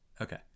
Okay